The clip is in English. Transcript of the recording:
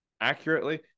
accurately